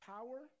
Power